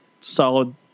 solid